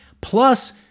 Plus